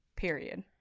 Period